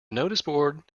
noticeboard